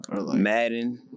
Madden